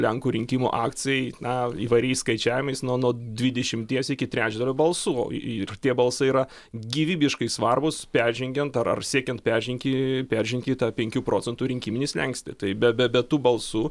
lenkų rinkimų akcijai na įvairiais skaičiavimais nuo nuo dvidešimties iki trečdalio balsų ir tie balsai yra gyvybiškai svarbūs peržengiant ar ar siekiant peržengti peržengti tą penkių procentų rinkiminį slenkstį tai be be to balsų